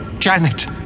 Janet